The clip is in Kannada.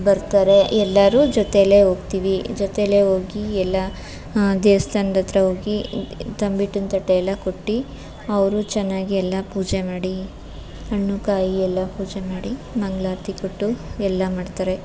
ಬರ್ತಾರೆ ಎಲ್ಲರೂ ಜೊತೆಲೇ ಹೋಗ್ತಿವಿ ಜೊತೆಲೇ ಹೋಗಿ ಎಲ್ಲ ದೇವ್ಸ್ಥಾನದತ್ರ ಹೋಗಿ ತಂಬಿಟ್ಟಿನ ತಟ್ಟೆಯೆಲ್ಲ ಕೊಟ್ಟು ಅವರು ಚೆನ್ನಾಗಿ ಎಲ್ಲ ಪೂಜೆ ಮಾಡಿ ಹಣ್ಣು ಕಾಯಿ ಎಲ್ಲ ಪೂಜೆ ಮಾಡಿ ಮಂಗಳಾರ್ತಿ ಕೊಟ್ಟು ಎಲ್ಲ ಮಾಡ್ತಾರೆ